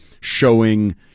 showing